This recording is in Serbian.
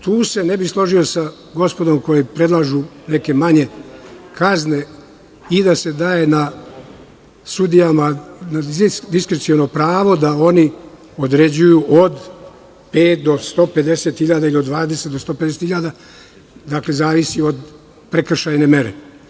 Tu se ne bih složio sa gospodom koja predlažu neke manje kazne i da se daje sudijama diskreciono pravo da oni određuju od 5.000 do 150.000 ili od 20.000 do 150.000 dinara, zavisi od prekršajne mere.